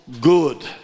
good